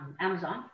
Amazon